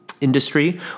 industry